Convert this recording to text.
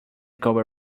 cover